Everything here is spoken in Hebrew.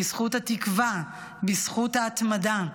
בזכות התקווה, בזכות ההתמדה.